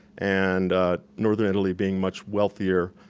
and northern italy being much wealthier.